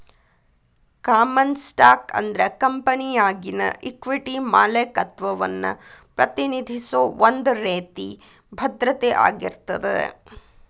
common stock ಅಂದ್ರ ಕಂಪೆನಿಯಾಗಿನ equity ಮಾಲೇಕತ್ವವನ್ನ ಪ್ರತಿನಿಧಿಸೋ ಒಂದ್ ರೇತಿ ಭದ್ರತೆ ಆಗಿರ್ತದ